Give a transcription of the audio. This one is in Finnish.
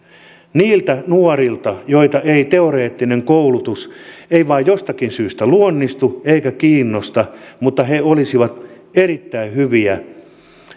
niiltä nuorilta joilta ei teoreettinen koulutus vain jostakin syystä luonnistu joita se ei kiinnosta mutta jotka olisivat erittäin hyviä